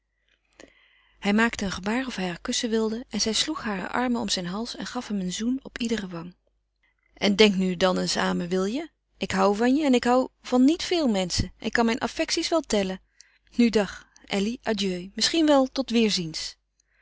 hij maakte een gebaar of hij haar kussen wilde en zij sloeg hare armen om zijn hals en gaf hem een zoen op iedere wang en denk nu en dan eens aan me wil je ik hou van je en ik hou van niet veel menschen ik kan mijn affecties wel tellen nu dag elly adieu misschien wel tot weêrziens